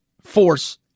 force